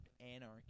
Anarchy